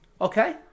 Okay